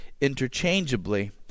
interchangeably